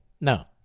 No